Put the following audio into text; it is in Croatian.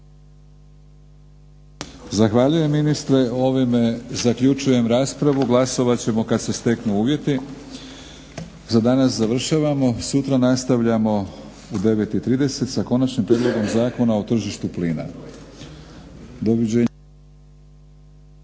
Zahvaljujem ministre. Ovime zaključujem raspravu. Glasovat ćemo kad se steknu uvjeti. Za danas završavamo, sutra nastavljamo u 9,30 sa Konačnim prijedlogom Zakona o tržištu plina. Doviđenja.